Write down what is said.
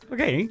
Okay